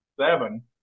seven